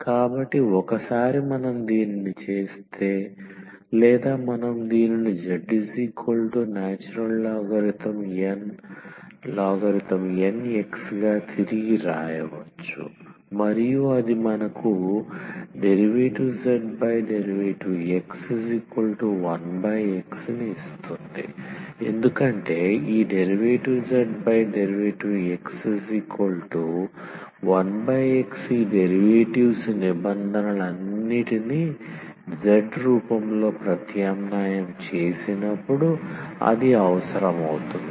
కాబట్టి ఒకసారి మనం దీనిని చేస్తే లేదా మనం దీనిని zln x గా తిరిగి రాయవచ్చు మరియు అది మనకు dzdx1x ఇస్తుంది ఎందుకంటే ఈ dzdx1x ఈ డెరివేటివ్స్ నిబంధనలన్నింటినీ z రూపంలో ప్రత్యామ్నాయం చేసినప్పుడు అది అవసరం అవుతుంది